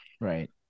right